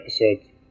episode